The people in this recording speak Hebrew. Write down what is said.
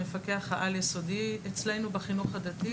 המפקח העל-יסודי אצלנו בחינוך הדתי.